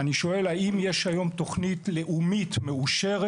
אני שואל האם יש היום תוכנית לאומית מאושרת